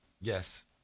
Yes